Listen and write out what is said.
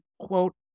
quote